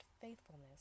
faithfulness